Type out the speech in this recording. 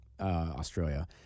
Australia